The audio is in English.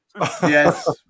Yes